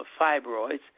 fibroids